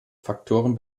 faktoren